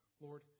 Lord